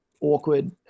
awkward